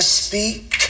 speak